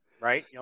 Right